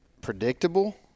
predictable